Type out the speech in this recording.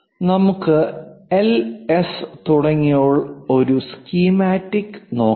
നമുക്ക് L S LS തുടങ്ങിയവയുള്ള ഒരു സ്കീമാറ്റിക് നോക്കാം